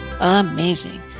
Amazing